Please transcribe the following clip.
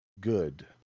good